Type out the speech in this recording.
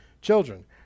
Children